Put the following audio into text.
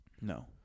No